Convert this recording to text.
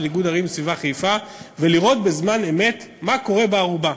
איגוד ערים לסביבה חיפה ולראות בזמן אמת מה קורה בארובה,